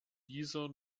dieser